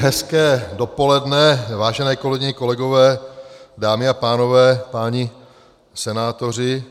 Hezké dopoledne, vážené kolegyně, kolegové, dámy a pánové, páni senátoři.